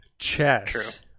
Chess